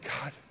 God